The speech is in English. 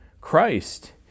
Christ